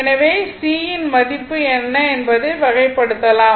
எனவே C இன் மதிப்பு என்ன என்பதை வகைப்படுத்தலாம்